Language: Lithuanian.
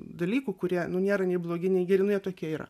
dalykų kurie nu nėra nei blogi nei geri tokie yra